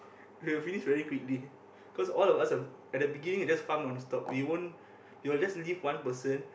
we will finish very quickly because all of us are at the beginning we'll just farm non stop we won't we will just leave one person